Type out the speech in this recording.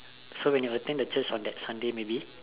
so when you attend the Church on that Sunday maybe